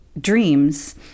dreams